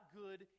good